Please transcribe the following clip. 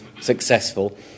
successful